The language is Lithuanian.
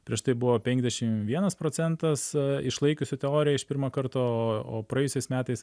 prieš tai buvo penkiasdešim vienas procentas išlaikiusių teoriją iš pirmo karto o o praėjusiais metais